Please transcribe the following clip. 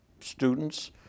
students